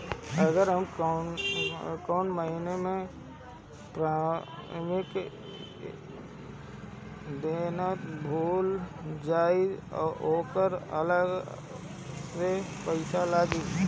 अगर हम कौने महीने प्रीमियम देना भूल जाई त ओकर अलग से पईसा लागी?